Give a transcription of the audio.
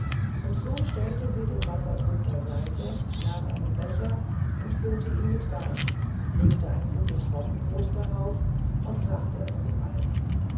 und so stellte sie den wasserkrug beiseite nahm einen becher und füllte ihn mit wein legte ein gutes roggenbrot darauf und brachte es dem alten